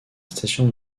station